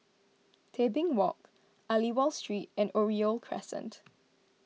Tebing Walk Aliwal Street and Oriole Crescent